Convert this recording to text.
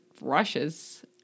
rushes